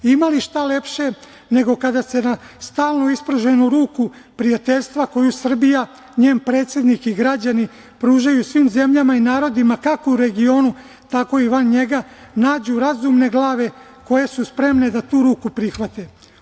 Ima li šta lepše nego kada se na stalno ispruženu ruku prijateljstva koju Srbija i njen predsednik i građani pružaju svim zemljama i narodima, kako u regionu, tako i van njega, nađu razumne glave koje su spremne da tu ruku prihvate.